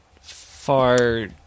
far